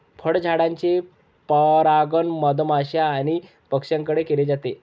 फळझाडांचे परागण मधमाश्या आणि पक्ष्यांकडून केले जाते